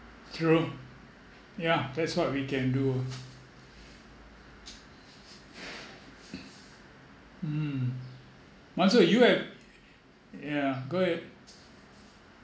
true yeah that's what we can do mm you have yeah go ahead